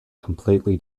completely